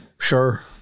Sure